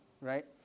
right